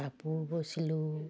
কাপোৰ বৈছিলোঁ